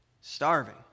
starving